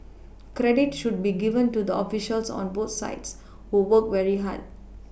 credit should be given to the officials on both sides who worked very hard